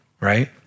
right